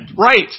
right